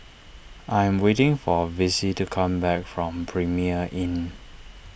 I am waiting for Vicy to come back from Premier Inn